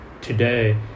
today